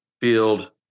field